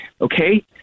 Okay